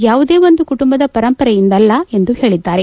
ಯಾವುದೇ ಒಂದು ಕುಟುಂಬದ ಪರಂಪರೆಯಿಂದಲ್ಲ ಎಂದು ಹೇಳಿದ್ದಾರೆ